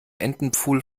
entenpfuhl